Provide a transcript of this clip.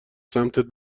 سمتت